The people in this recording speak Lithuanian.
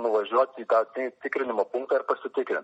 nuvažiuot į tą tikrinimo punktą ir pasitikrint